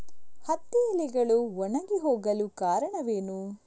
ಹತ್ತಿ ಎಲೆಗಳು ಒಣಗಿ ಹೋಗಲು ಕಾರಣವೇನು?